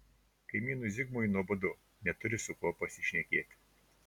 kaimynui zigmui nuobodu neturi su kuo pasišnekėti